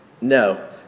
No